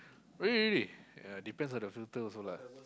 really really really yea depends on the filter also lah